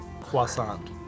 croissant